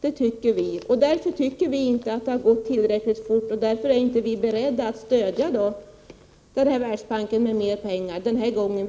Vi anser inte att förändringen har gått tillräckligt fort, och därför är vi inte beredda att stödja Världsbanken med mer pengar den här gången.